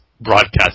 broadcast